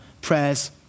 prayers